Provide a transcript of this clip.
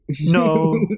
No